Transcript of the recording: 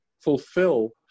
fulfill